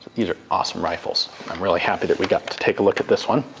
these are awesome rifles, i'm really happy that we got to take a look at this one.